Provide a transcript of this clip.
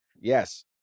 Yes